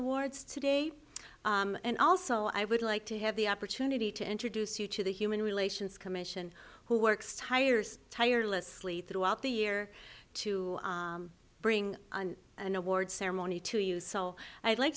awards today and also i would like to have the opportunity to introduce you to the human relations commission who works hires tireless lee throughout the year to bring an award ceremony to use i'd like